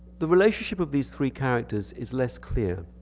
the relationship of these three characters is less clear.